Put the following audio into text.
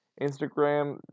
Instagram